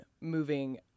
moving